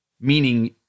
meaning